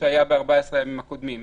שהיה ב-14 הימים הקודמים.